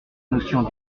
notion